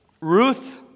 Ruth